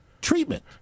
treatment